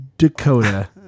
Dakota